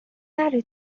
نره